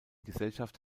gesellschaft